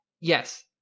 yes